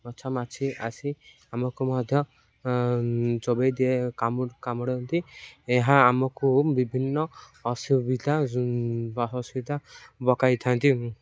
ମଶା ମାଛି ଆସି ଆମକୁ ମଧ୍ୟ ଚୋବେଇ ଦିଏ କାମୁ କାମୁଡ଼ନ୍ତି ଏହା ଆମକୁ ବିଭିନ୍ନ ଅସୁବିଧା ଅସୁବିଧା ପକାଇଥାନ୍ତି